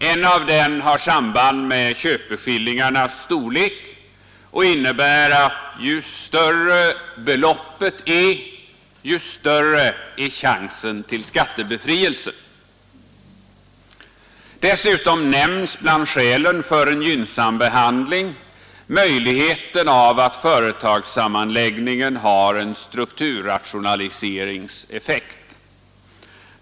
En av dem har samband med köpeskillingarnas storlek och innebär att ju större beloppet är, ju större är chansen till skattebefrielse. Dessutom nämns bland skälen för en gynnsam behandling möjligheten av att företagssammanläggningen har en strukturrationaliseringseffekt.